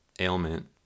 ailment